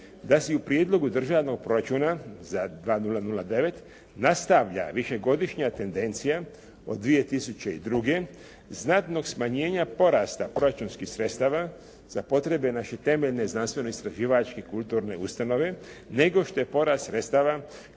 da se u Prijedlogu Državnog proračuna za 2009. nastavlja višegodišnja tendencija od 2002. znatnog smanjenja porasta proračunskih sredstava za potrebe naše temeljne znanstveno-istraživačke, kulturne ustanove, nego što je porast sredstava